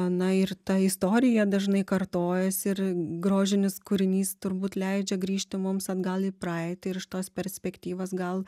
na ir ta istorija dažnai kartojasi ir grožinis kūrinys turbūt leidžia grįžti mums atgal į praeitį ir iš tos perspektyvos gal